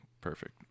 perfect